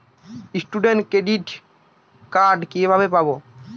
Student credit card কিভাবে পাব?